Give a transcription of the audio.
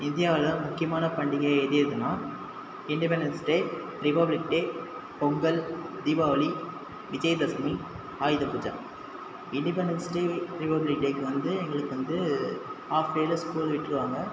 இந்தியாவில் முக்கியமான பண்டிகை எது எதுனா independence day republic day Pongal Deepavali Vijayadashami Ayudha Puja independence day ரிபப்ளிக்டேக்கு வந்து எங்களுக்கு வந்து ஆஃப் டேவில் ஸ்கூல் விட்டுருவாங்க